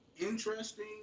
interesting